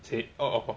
say oh